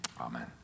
Amen